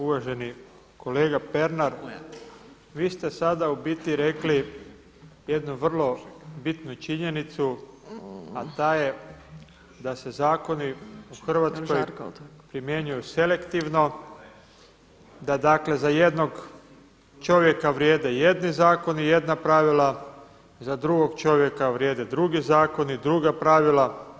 Uvaženi kolega Pernar, vi ste sada u biti rekli jednu vrlo bitnu činjenicu, a ta je da se zakoni u Hrvatskoj primjenjuju selektivno, da dakle za jednog čovjeka vrijede jedni zakoni, jedna pravila, za drugog čovjeka vrijede drugi zakoni, druga pravila.